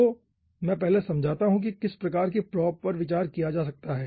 तो मैं पहले समझाता हूं कि किस प्रकार की प्रोब पर विचार किया जा सकता है